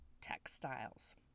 textiles